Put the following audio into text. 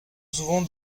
souvent